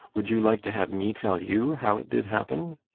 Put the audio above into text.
would you like to have me tell you how it did happen?